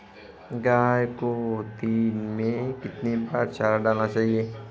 गाय को दिन में कितनी बार चारा डालना चाहिए?